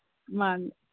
ꯃꯥꯅꯤ